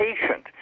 patient